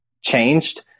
changed